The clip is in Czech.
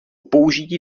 použití